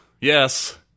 Yes